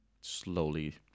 slowly